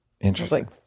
Interesting